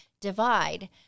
divide